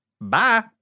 Bye